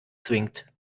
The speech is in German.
zwingt